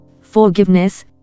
forgiveness